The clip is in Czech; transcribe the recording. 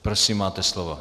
Prosím, máte slovo.